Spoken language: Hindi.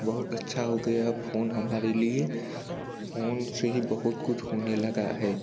बहुत अच्छा हो गया अब फ़ोन हमारे लिए फ़ोन से ही बहुत कुछ होने लगा है अब